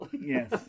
Yes